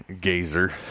Gazer